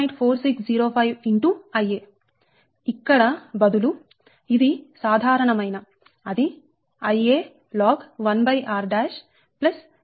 4605 x Ia ఇక్కడ బదులు ఇది సాధారణమైన అది Ia log 1r Ib సమానమైన దూరం